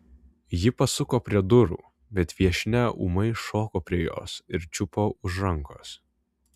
ji pasuko prie durų bet viešnia ūmai šoko prie jos ir čiupo už rankos